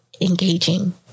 engaging